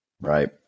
Right